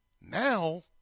Now